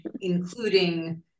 including